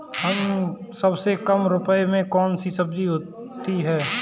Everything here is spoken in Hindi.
सबसे कम रुपये में कौन सी सब्जी होती है?